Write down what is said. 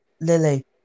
Lily